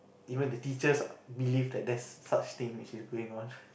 even the teachers believe that there's such thing which is going on